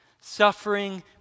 Suffering